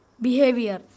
behavior